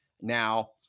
Now